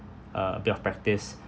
uh a bit of practice